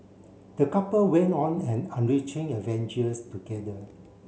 the couple went on an enriching adventures together